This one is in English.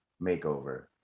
makeover